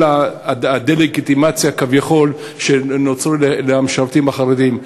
הדה-לגיטימציה כביכול נגד המשרתים החרדים.